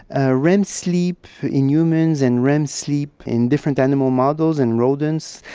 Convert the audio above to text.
ah rem sleep in humans and rem sleep in different animal models, in rodents,